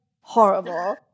horrible